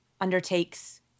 undertakes